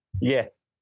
Yes